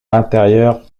l’intérieur